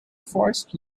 forest